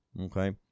Okay